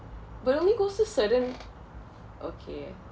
but it only goes to certain okay